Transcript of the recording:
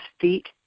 feet